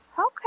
Okay